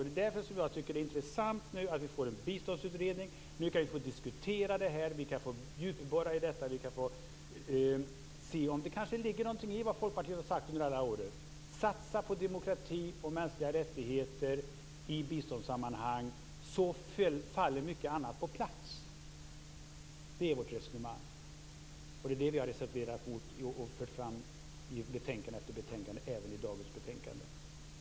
Det är intressant att vi nu får en biståndsutredning. Nu kan vi få diskutera och djupborra i detta och se om det kanske ligger någonting i vad Folkpartiet har sagt under alla år: satsa på demokrati och mänskliga rättigheter i biståndssammanhang, så faller mycket annat på plats. Det är vårt resonemang. Det är det vi har reserverat oss för och fört fram i betänkande efter betänkande, och även i dagens betänkande.